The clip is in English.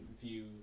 view